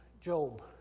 Job